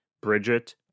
Bridget